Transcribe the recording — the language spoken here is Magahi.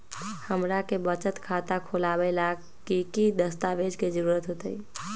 हमरा के बचत खाता खोलबाबे ला की की दस्तावेज के जरूरत होतई?